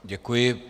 Děkuji.